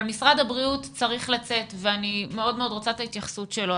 משרד הבריאות צריך לצאת ואני מאוד מאוד רוצה את ההתייחסות שלו.